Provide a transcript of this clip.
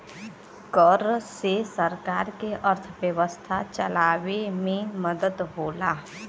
कर से सरकार के अर्थव्यवस्था चलावे मे मदद होला